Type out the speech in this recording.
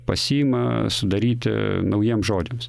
pasiima sudaryti naujiem žodžiams